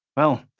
well,